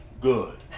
good